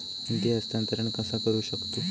निधी हस्तांतर कसा करू शकतू?